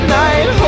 night